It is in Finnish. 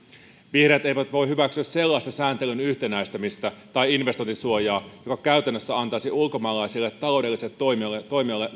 vihreät eivät voi hyväksyä sellaista sääntelyn yhtenäistämistä tai investointisuojaa joka käytännössä antaisi ulkomaalaisille taloudellisille toimijoille